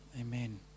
amen